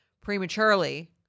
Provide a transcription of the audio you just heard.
prematurely